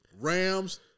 Rams